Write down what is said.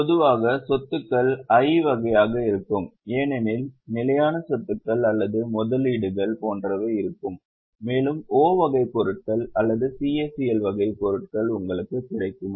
பொதுவாக சொத்துக்களில் I வகை வகைகளாக இருக்கும் ஏனெனில் நிலையான சொத்துக்கள் அல்லது முதலீடுகள் போன்றவை இருக்கும் மேலும் O வகை பொருட்கள் அல்லது CACL வகை பொருட்கள் உங்களுக்கு கிடைக்குமா